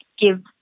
give